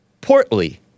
portly